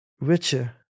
richer